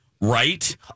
right